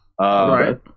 right